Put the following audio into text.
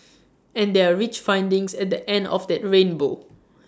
and there are rich findings at the end of that rainbow